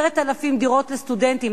10,000 דירות לסטודנטים,